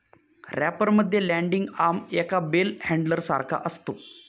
wrapper मध्ये landing arm एका bell handler सारखा असतो